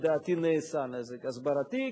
לדעתי נעשה נזק הסברתי.